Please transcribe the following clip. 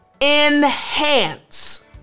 enhance